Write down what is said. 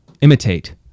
imitate